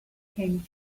came